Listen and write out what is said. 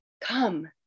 come